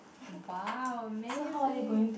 !wow! amazing